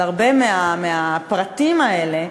על הרבה מהפרטים האלה,